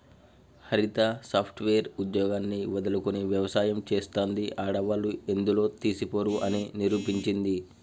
హరిత software ఉద్యోగాన్ని వదులుకొని వ్యవసాయం చెస్తాంది, ఆడవాళ్లు ఎందులో తీసిపోరు అని నిరూపించింది